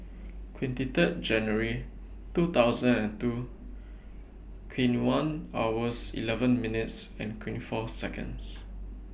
twenty Third January two thousand and two twenty two hours eleven minutes and twenty four Seconds